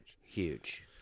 Huge